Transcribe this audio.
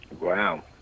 Wow